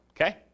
okay